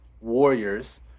Warriors